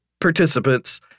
participants